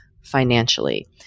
financially